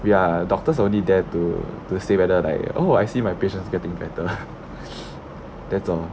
ya doctors only there to to say whether like oh I see my patients getting better that's all